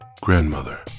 Grandmother